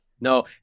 No